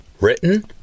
Written